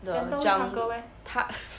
the jung